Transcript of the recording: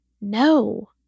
no